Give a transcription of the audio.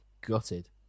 gutted